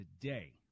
today